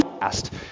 past